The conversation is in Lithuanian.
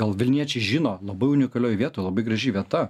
gal vilniečiai žino labai unikalioj vietoj labai graži vieta